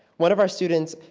one of our students,